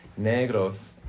negros